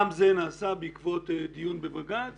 גם זה נעשה בעקבות דיון בבג"ץ